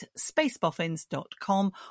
spaceboffins.com